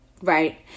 Right